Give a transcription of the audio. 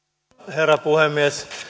herra puhemies